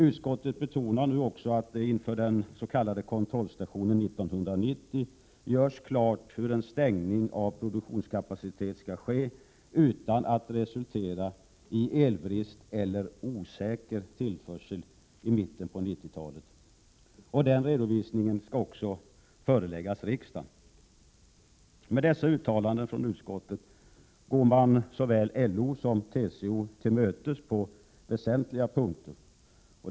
Utskottet betonar nu också att det inför den s.k. kontrollstationen 1990 görs klart hur en stängning av produktionskapacitet skall ske utan att resultera i elbrist eller osäker tillförsel i mitten på 90-talet. Den redovisningen skall också föreläggas riksdagen. Med dessa uttalanden från utskottet går man såväl LO som TCO till mötes på väsentliga punkter.